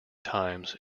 times